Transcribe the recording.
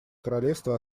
королевства